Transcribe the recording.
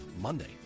Monday